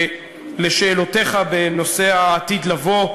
לשאלותיך בנושא העתיד לבוא.